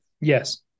Yes